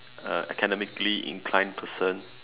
academically inclined person